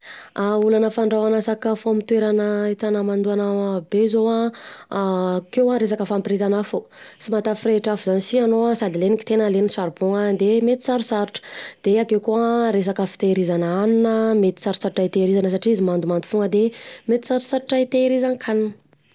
Olana fandrahoana sakafo amin'ny toerana ahitana hamandona be zao an akeo an resaka fampiretana afo tsy matafirehitra afo zany sy anao an, sady legna kitaina, legna saribao an, de mety sarotsarotra, de akeo koa resaka fitehirizana hanina mety sarotsarotra hitehirizana satria izy mandomando foana de, mety sarotrarotra hitrehirizan-kanina.